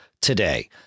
today